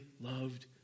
loved